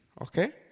Okay